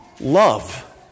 love